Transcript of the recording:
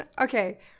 Okay